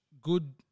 good